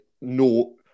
no